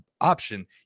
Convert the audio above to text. option